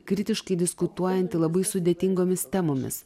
kritiškai diskutuojanti labai sudėtingomis temomis